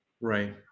right